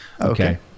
Okay